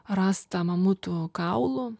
rasta mamutų kaulų